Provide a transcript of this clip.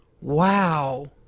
Wow